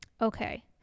okay